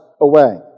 away